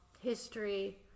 history